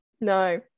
no